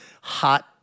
hot